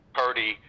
party